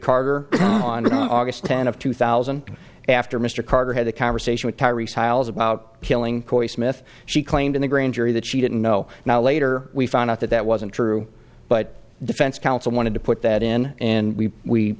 carter on august tenth of two thousand after mr carter had a conversation with kyrie stiles about killing smith she claimed in the grand jury that she didn't know now later we found out that that wasn't true but the defense counsel wanted to put that in and we